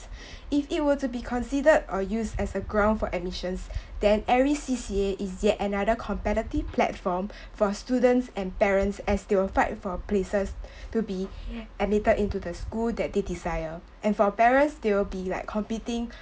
if it were to be considered or use as a ground for admissions then every C_C_A is yet another competitive platform for students and parents as they will fight for places to be admitted into the school that they desire and for parents they will be like competing